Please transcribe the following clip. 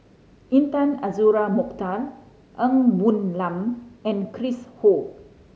Intan Azura Mokhtar Ng Woon Lam and Chris Ho